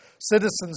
citizens